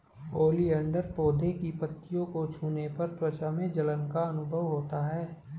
oleander पौधे की पत्तियों को छूने पर त्वचा में जलन का अनुभव होता है